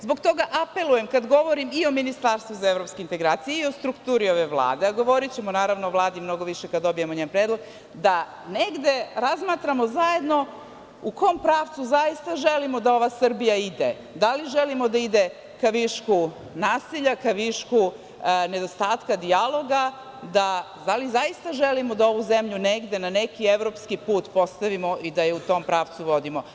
Zbog toga apelujem, kada govorim i o ministarstvu za evropske integracije i o strukturi ove Vlade, a govorićemo, naravno, o Vladi mnogo više kada dobijemo njen predlog, da negde razmatramo zajedno u kom pravcu zaista želimo da ova Srbija ide, da li želimo da ide ka višku nasilja, ka višku nedostatka dijaloga, da li zaista želimo da ovu zemlju negde na neki evropski put postavimo i da je u tom pravcu vodimo.